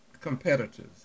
competitors